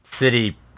city